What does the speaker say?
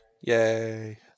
Yay